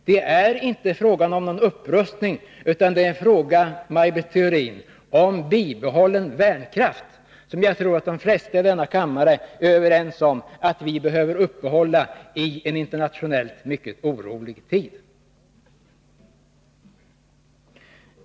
Det är inte fråga om någon upprustning, Maj Britt Theorin, utan fråga om att bibehålla värnkraften, som de flesta i denna kammare är överens om att vi behöver upprätthålla i en internationellt mycket orolig tid.